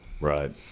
Right